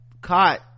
caught